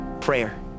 prayer